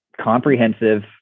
comprehensive